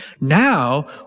now